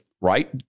right